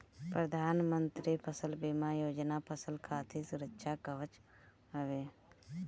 प्रधानमंत्री फसल बीमा योजना फसल खातिर सुरक्षा कवच हवे